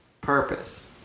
purpose